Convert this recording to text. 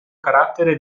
carattere